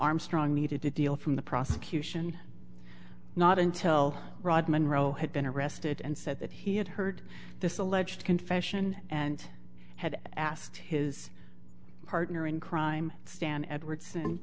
armstrong needed to deal from the prosecution not until rodman roh had been arrested and said that he had heard this alleged confession and had asked his partner in crime stan edwards and